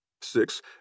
Six